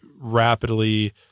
rapidly